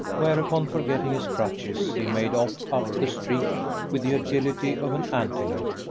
whereupon, forgetting his crutches, he made off up the street with the agility of an antelope.